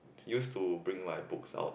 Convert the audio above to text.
used to bring my books out